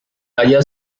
haya